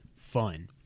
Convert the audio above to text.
fun